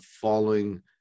following